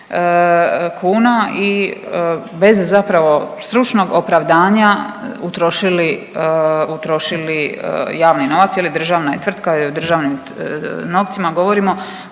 kuna i bez zapravo stručnog opravdavanja utrošili javni novac, je li, državna je tvrtka, državnim novcima govorimo,